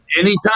Anytime